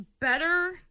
better